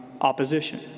opposition